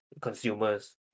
consumers